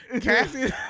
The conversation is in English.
Cassie